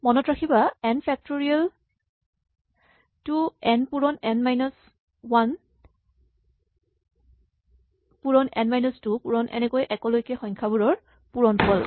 মনত ৰাখিবা n factorial টো এন পূৰণ এন মাইনাচ ৱান পূৰণ এন মাইনাচ টু পূৰণ এনেকৈয়ে এক লৈকে সংখ্যাবোৰৰ পূৰণফল